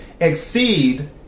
Exceed